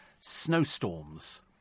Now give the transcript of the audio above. snowstorms